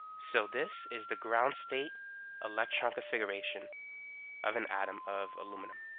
so this is the ground state electron configuration of an atom of aluminum